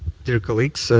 dear colleagues, so